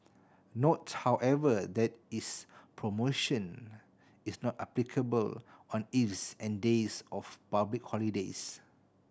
note however that is promotion is not applicable on eves and days of public holidays